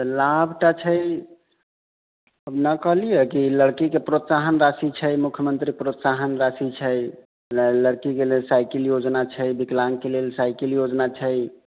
लाभ तऽ छै ने कहलियै कि लड़कीके प्रोत्साहन राशि छै मुख्यमन्त्री प्रोत्साहन राशि छै ल लड़कीके लेल साइकिल योजना छै विकलाङ्गके लेल साइकिल योजना छै